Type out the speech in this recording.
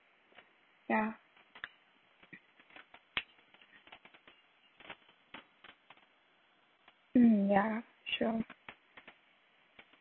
yeah mm yeah sure